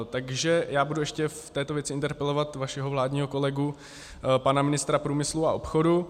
Takže já budu ještě v této věci interpelovat vašeho vládního kolegu, pana ministra průmyslu a obchodu.